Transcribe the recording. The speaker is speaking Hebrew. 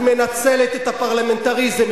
את מנצלת את הפרלמנטריזם,